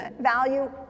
value